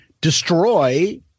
destroy